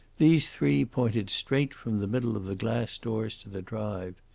these three pointed straight from the middle of the glass doors to the drive.